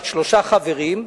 בת שלושה חברים,